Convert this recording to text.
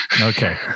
Okay